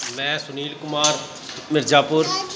ਮੈਂ ਸੁਨੀਲ ਕੁਮਾਰ ਮਿਰਜਾਪੁਰ